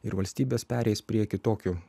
ir valstybės pereis prie kitokių